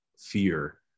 fear